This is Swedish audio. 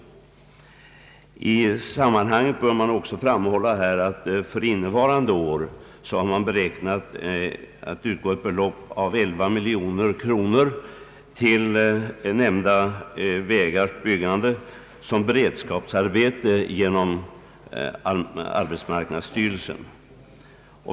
I detta sammanhang bör man också framhålla att det beräknas att för innevarande år utgår ett belopp av 11 miljoner kronor till nämnda vägars byggande i form av beredskapsarbete genom arbetsmarknadsstyrelsen.